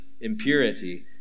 impurity